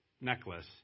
necklace